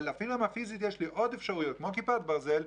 אבל עם הפיזית יש לי עוד אפשרויות כמו כיפת ברזל,